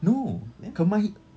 no kemahi~